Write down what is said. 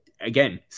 again